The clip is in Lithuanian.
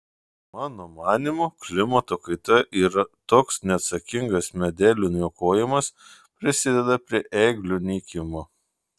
mano manymu klimato kaita ir toks neatsakingas medelių niokojimas prisideda prie eglių nykimo